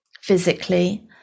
physically